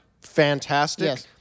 fantastic